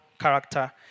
character